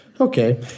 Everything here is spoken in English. Okay